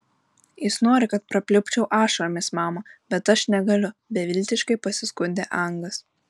jis nori kad prapliupčiau ašaromis mama bet aš negaliu beviltiškai pasiskundė angas